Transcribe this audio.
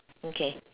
okay